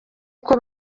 uko